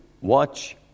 Watch